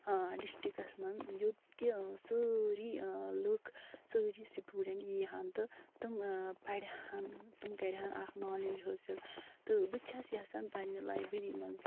ڈِشٹِکس منٛز یوٚت کہِ سٲری لُکھ سٲری سِٹوٗڈنٛٹ یِہن تہٕ تِم پرِہن تِم کَرِہن اکھ نالیج حٲصِل تہٕ بہٕ چھَس یَژھان پنٛنہِ لایبیری منٛز